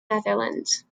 netherlands